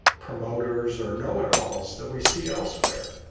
promoters are know it alls that we see elsewhere.